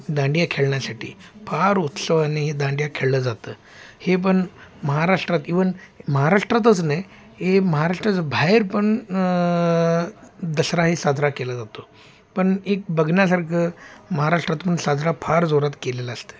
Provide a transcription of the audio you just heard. दांडिया खेळण्यासाठी फार उत्सवाने हे दांडिया खेळलं जातं हे पण महाराष्ट्रात इव्हन महाराष्ट्रातच नाही हे महाराष्ट्राचं बाहेर पण दसराही साजरा केला जातो पण एक बघण्यासारखं महाराष्ट्रात पण साजरा फार जोरात केलेलं असतं